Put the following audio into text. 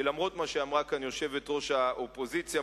שלמרות מה שאמרה כאן יושבת-ראש האופוזיציה,